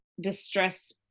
distress